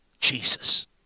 Jesus